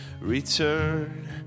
return